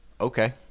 Okay